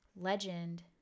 legend